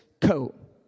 coat